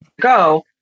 go